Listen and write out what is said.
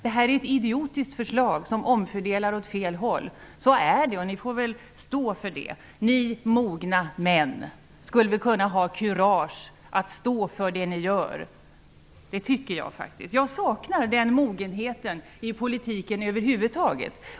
Det här är ett idiotiskt förslag som omfördelar åt fel håll. Så är det, och ni får väl stå för det. Ni mogna män skulle väl kunna ha kurage att stå för det ni gör. Det tycker jag faktiskt. Jag saknar den mogenheten i politiken över huvud taget.